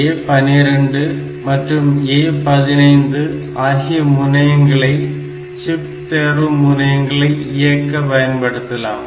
A12 மற்றும் A15 ஆகிய முனையங்களை சிப் தேர்வு முனையங்களை இயக்க பயன்படுத்தலாம்